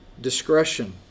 discretion